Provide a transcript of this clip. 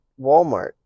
Walmart